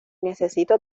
necesito